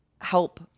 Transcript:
help